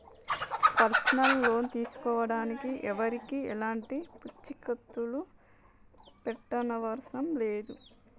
personal loan తీసుకోడానికి ఎవరికీ ఎలాంటి పూచీకత్తుని పెట్టనవసరం లేదు